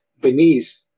beneath